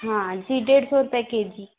हाँ जी डेढ़ सौ रुपये केजी